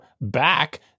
back